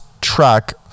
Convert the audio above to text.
track